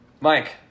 Mike